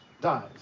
dies